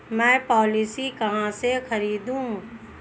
मैं पॉलिसी कहाँ से खरीदूं?